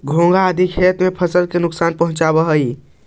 घोंघा आदि खेत के फसल के नुकसान पहुँचावऽ हई